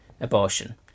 abortion